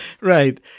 Right